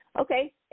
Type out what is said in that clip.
Okay